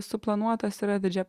suplanuotas yra didžia